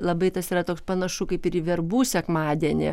labai tas yra toks panašu kaip ir į verbų sekmadienį